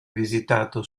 visitato